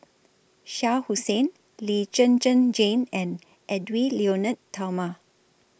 Shah Hussain Lee Zhen Zhen Jane and Edwy Lyonet Talma